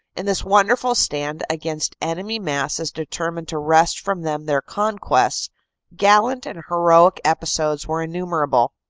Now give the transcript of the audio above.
in this wonderful stand against enemy masses determined to wrest from them their conquests gallant and heroic episodes were innumerable.